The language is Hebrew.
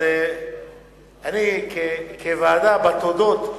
אני, כוועדה, בתודות,